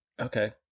Okay